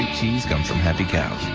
from happy cows.